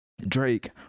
drake